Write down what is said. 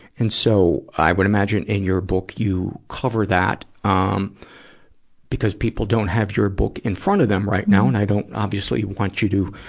and so, i would imagine in your book, you cover that. um because people don't have your book in front of them right now, and i don't, obviously, want you to,